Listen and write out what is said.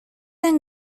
and